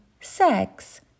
sex